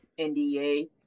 NDA